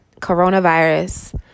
coronavirus